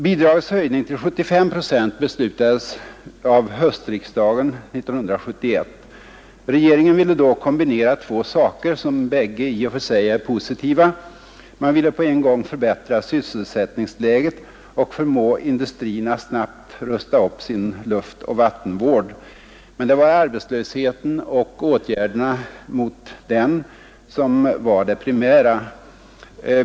Bidragets höjning till 75 procent beslutades av höstriksdagen 1971. Regeringen ville då kombinera två saker som båda i och för sig är positiva. Man ville på en gång förbättra sysselsättningsläget och förmå industrin att snabbt rusta upp sin luftoch vattenvård. Men det var arbetslösheten och åtgärderna mot den som var det primära.